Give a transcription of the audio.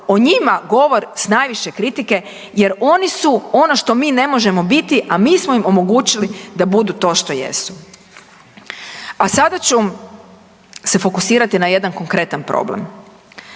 o njima govore sa najviše kritike, jer oni su ono što mi ne možemo biti, a mi smo im omogućili da budu to što jesu. A sada ću se fokusirati na jedan konkretan problem.